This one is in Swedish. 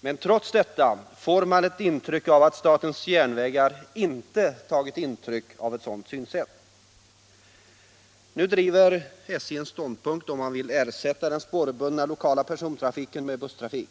Men trots detta får man ett intryck av att statens järnvägar inte tagit intryck av ett sådant synsätt! Nu intar SJ den ståndpunkten att man vill ersätta den spårbundna lokala persontrafiken med busstrafik.